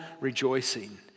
rejoicing